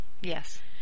Yes